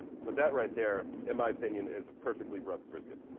so that, right there, in my opinion, is a perfectly rubbed brisket.